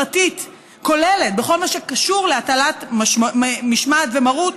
אבל כשיש זילות חברתית כוללת בכל מה שכרוך להטלת משמעת ומרות,